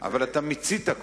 אבל אתה כבר מיצית.